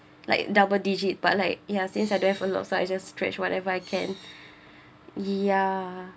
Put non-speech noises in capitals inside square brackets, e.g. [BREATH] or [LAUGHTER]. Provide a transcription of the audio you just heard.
like double digit but like ya since I don't have a lot lah I just stretch whatever I can [BREATH] ya